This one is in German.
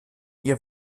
ihr